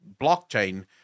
blockchain